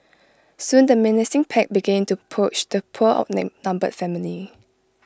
soon the menacing pack began to approach the poor numbered family